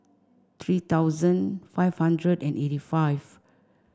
three thousand five hundred and eighty five